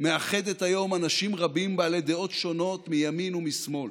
מאחדת היום אנשים רבים בעלי דעות שונות מימין ומשמאל,